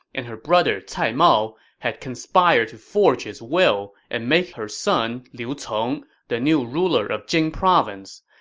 and her brother cai mao had conspired to forge his will and make her son, liu cong, the new ruler of jing province.